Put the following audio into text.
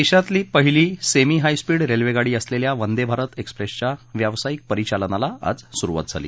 देशातल्या पहिल्या semi high speed रेल्वेगाडी असलेल्या वंदे भारत एक्सप्रेसच्या व्यावसायिक परिचालनाला आज सुरुवात झाली